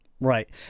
Right